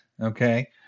okay